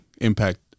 impact